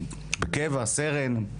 סרן בקבע.